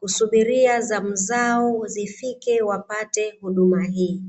kusubiria zamu zao zifike wapate huduma hii.